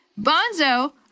Bonzo